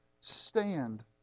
stand